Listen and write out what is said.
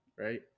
Right